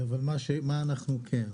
מה אנחנו כן?